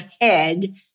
head